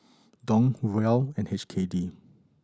Dong Riel and H K D